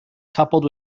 coupled